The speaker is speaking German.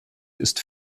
ist